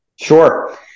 Sure